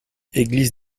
église